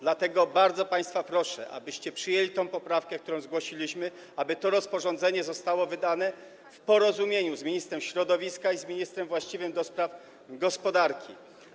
Dlatego bardzo państwa proszę, abyście przyjęli tę poprawkę, którą zgłosiliśmy, tak by to rozporządzenie zostało wydane w porozumieniu z ministrem środowiska i z ministrem właściwym do spraw gospodarki.